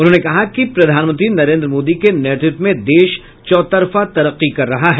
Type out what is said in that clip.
उन्होंने कहा कि प्रधानमंत्री नरेन्द्र मोदी के नेतृत्व में देश चौतरफा तरक्की कर रहा है